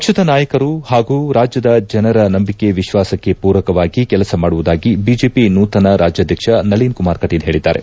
ಪಕ್ಷದ ನಾಯಕರು ಹಾಗೂ ರಾಜ್ಯದ ಜನರ ನಂಬಿಕೆ ವಿಶ್ವಾಸಕ್ಕೆ ಪೂರಕವಾಗಿ ಕೆಲಸ ಮಾಡುವುದಾಗಿ ಬಿಜೆಪಿ ನೂತನ ರಾಜ್ಯಾಧ್ವಕ್ಷ ನಳೀನ್ ಕುಮಾರ್ ಕಟೀಲ್ ಹೇಳಿದ್ದಾರೆ